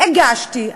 הגשתי,